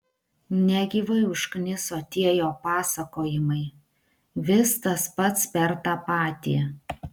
negyvai užkniso tie jo pasakojimai vis tas pats per tą patį